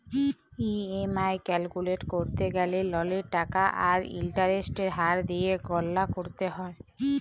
EMI calculate ক্যরতে গ্যালে ললের টাকা আর ইলটারেস্টের হার দিঁয়ে গললা ক্যরতে হ্যয়